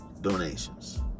donations